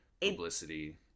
publicity